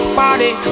party